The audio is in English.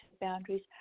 boundaries